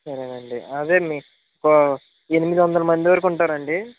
సరే అండి అదే మీక్ కో ఎనిమిది వందల మంది వరకు ఉంటాటు అండి